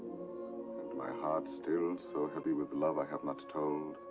my heart still so heavy with a love i have not told.